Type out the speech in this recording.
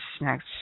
next